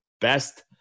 best